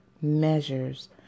measures